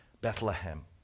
Bethlehem